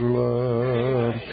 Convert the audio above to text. love